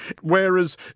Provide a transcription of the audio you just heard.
whereas